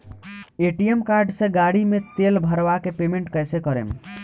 ATM card से गाड़ी मे तेल भरवा के पेमेंट कैसे करेम?